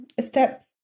step